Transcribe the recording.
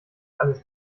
alles